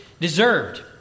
deserved